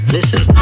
Listen